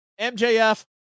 mjf